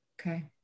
Okay